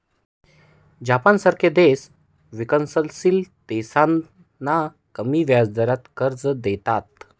जपानसारखे देश विकसनशील देशांना कमी व्याजदराने कर्ज देतात